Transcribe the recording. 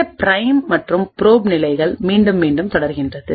இந்த பிரைம் மற்றும் ப்ரோப் நிலைகள்மீண்டும் மீண்டும் தொடர்கிறது